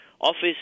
office